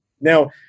Now